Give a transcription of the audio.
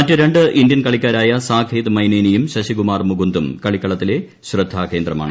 മറ്റ് രണ്ട് ഇന്ത്യൻ കളിക്കാരായ സാകേത് മൈനേനിയും ശശികുമാർ മുകുന്ദും കളിക്കളത്തിലെ ശ്രദ്ധാ കേന്ദ്രമാണ്